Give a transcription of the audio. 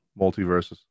multiverses